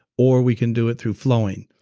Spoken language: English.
or we can do it through flowing.